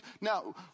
Now